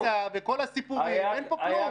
וכל התזה וכל הסיפורים, אין פה כלום.